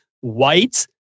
white